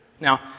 Now